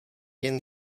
jen